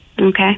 Okay